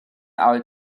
are